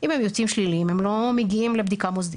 ואם הם יוצאים שליליים הם לא מגיעים לבדיקה מוסדית.